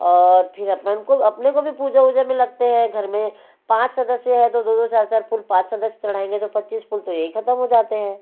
और फिर अपन को अपने को भी पूजा उजा में लगते हैं घर में पाँच सदस्य है तो दो दो चार चार फूल पाँच सदस्य चढ़ाएँगे जो पच्चीस फूल तो यही खत्म हो जाते हैं